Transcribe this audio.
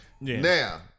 Now